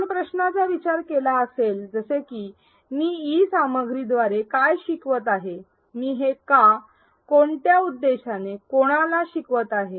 आपण प्रश्नांचा विचार केला असेल जसे की मी ई सामग्रीद्वारे काय शिकवित आहे मी हे का कोणत्या उद्देशाने कोणाला शिकवत आहे